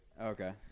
okay